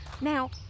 Now